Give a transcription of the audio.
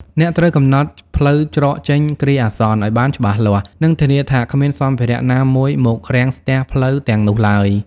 អ្នកត្រូវកំណត់ ផ្លូវច្រកចេញគ្រាអាសន្ន ឱ្យបានច្បាស់លាស់ និងធានាថាគ្មានសម្ភារៈណាមួយមករាំងស្ទះផ្លូវទាំងនោះឡើយ។